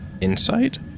insight